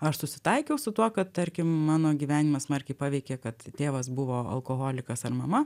aš susitaikiau su tuo kad tarkim mano gyvenimą smarkiai paveikė kad tėvas buvo alkoholikas ar mama